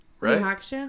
Right